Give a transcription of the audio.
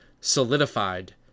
solidified